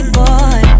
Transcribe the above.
boy